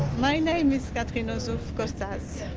my name is catherine ozouf-costaz.